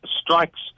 strikes